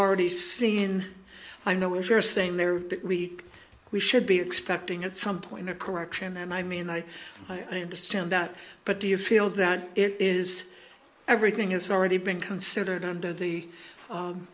already seen i know what you're saying there that week we should be expecting at some point a correction and i mean i understand that but do you feel that it is everything has already been considered under the